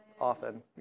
Often